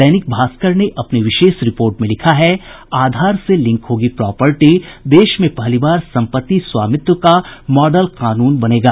दैनिक भास्कर ने अपनी विशेष रिपोर्ट में लिखा है आधार से लिंक होगी प्रॉपर्टी देश में पहली बार सम्पत्ति स्वामित्व का मॉडल कानून बनेगा